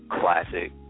classic